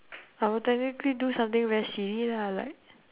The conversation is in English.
I would technically do something very silly lah like